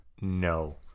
No